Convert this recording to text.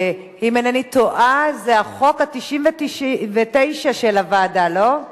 אם אינני טועה, זה החוק ה-99 של הוועדה, לא?